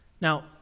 now